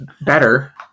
better